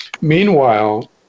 Meanwhile